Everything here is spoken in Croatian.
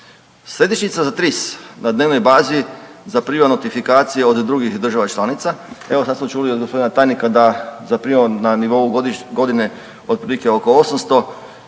Središnjica za TRIS na dnevnoj bazi zaprima notifikacije od drugih država i članica. Evo sad smo čuli od gospodina tajnika da zaprimamo na nivou godišnje, godine otprilike oko 800 propisa